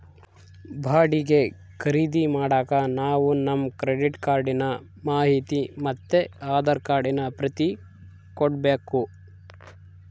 ಬಾಡಿಗೆ ಖರೀದಿ ಮಾಡಾಕ ನಾವು ನಮ್ ಕ್ರೆಡಿಟ್ ಕಾರ್ಡಿನ ಮಾಹಿತಿ ಮತ್ತೆ ಆಧಾರ್ ಕಾರ್ಡಿನ ಪ್ರತಿ ಕೊಡ್ಬಕು